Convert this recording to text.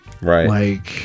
right